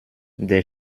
der